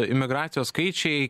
imigracijos skaičiai